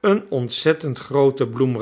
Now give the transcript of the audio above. een ontzettend grooten